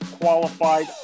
qualified